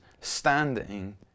standing